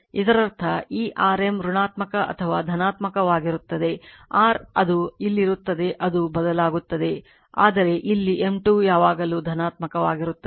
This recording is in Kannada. ಇದರರ್ಥ ಈ r M ಋಣಾತ್ಮಕ ಅಥವಾ ಧನಾತ್ಮಕವಾಗಿರುತ್ತದೆ r ಅದು ಇಲ್ಲಿರುತ್ತದೆ ಅದು ಬದಲಾಗುತ್ತದೆ ಆದರೆ ಇಲ್ಲಿ M 2 ಯಾವಾಗಲೂ ಧನಾತ್ಮಕವಾಗಿರುತ್ತದೆ